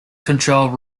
control